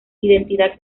identidad